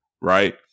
Right